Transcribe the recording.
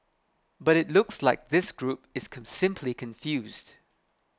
but it looks like this group is simply confused